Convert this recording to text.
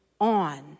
on